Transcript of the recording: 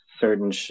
certain